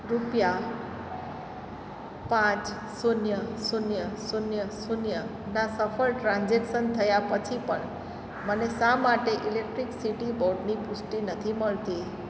રૂપિયા પાંચ શૂન્ય શૂન્ય શૂન્ય શૂન્યનાં સફળ ટ્રાન્ઝેક્શન થયાં પછી પણ મને શા માટે ઈલેક્ટ્રિકસિટી બોર્ડની પુષ્ટિ નથી મળતી